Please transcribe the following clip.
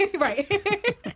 right